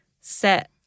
set